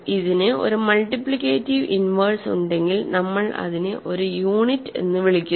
ഇതിന് ഒരു multiplicative inverse ഉണ്ടെങ്കിൽ നമ്മൾ അതിനെ ഒരു യൂണിറ്റ് എന്ന് വിളിക്കുന്നു